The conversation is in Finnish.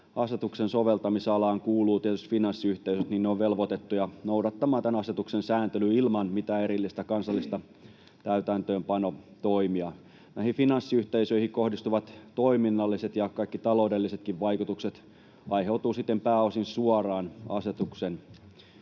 asetuksen soveltamisalaan kuuluvat tietysti finanssiyhteisöt, niin ne ovat velvoitettuja noudattamaan tämän asetuksen sääntelyä ilman mitään erillisiä kansallisia täytäntöönpanotoimia. Näihin finanssiyhteisöihin kohdistuvat toiminnalliset ja kaikki taloudellisetkin vaikutukset aiheutuvat siten pääosin suoraan asetuksen